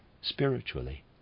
spiritually